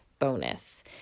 bonus